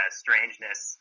strangeness